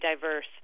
diverse